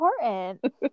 important